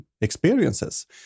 experiences